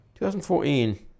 2014